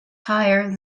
higher